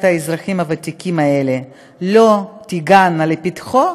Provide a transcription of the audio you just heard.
האזרחים הוותיקים האלה לא תגענה לפתחו,